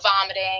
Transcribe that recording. vomiting